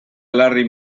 larry